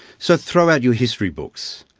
so throw out your history books,